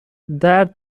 درد